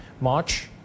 March